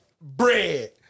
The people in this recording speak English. bread